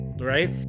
right